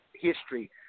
history